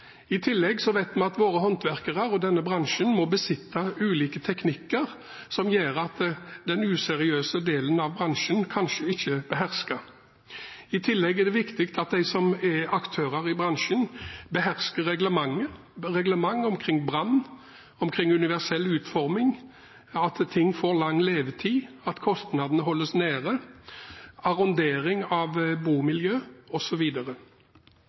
I tillegg vet vi at våre håndverkere og denne bransjen må besitte ulike teknikker, som den useriøse delen av bransjen kanskje ikke behersker. I tillegg er det viktig at de som er aktører i bransjen, behersker reglementet – reglement omkring brann, omkring universell utforming, at ting får lang levetid, at kostnadene holdes nede, arrondering av bomiljø,